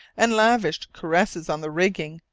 and lavished caresses on the rigging,